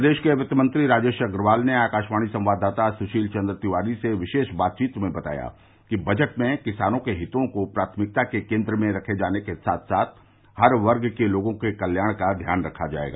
प्रदेश के वित्त मंत्री राजेश अग्रवाल ने आकाशवाणी संवाददाता सुशील चन्द्र तिवारी से विशेष बातचीत में बताया कि बजट में किसानों के हितों को प्राथमिकता के केन्द्र में रखे जाने के साथ साथ हर वर्ग के लोगों के कल्याण का ध्यान रखा जायेगा